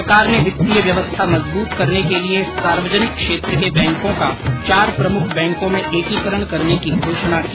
सरकार ने वित्तीय व्यवस्था मजबूत करने के लिए सार्वजनिक क्षेत्र के बैंकों का चार प्रमुख बैंकों में एकीकरण करने की घोषणा की